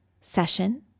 session